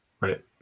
Right